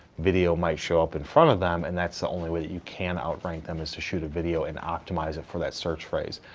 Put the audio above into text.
video might show up in front of them, and that's the only way that you can outrank them is to shoot a video and optimize it for that search phrase.